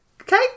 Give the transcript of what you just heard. Okay